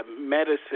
medicine